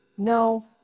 no